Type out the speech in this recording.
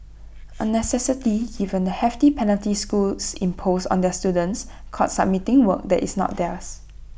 A necessity given the hefty penalties schools impose on their students caught submitting work that is not theirs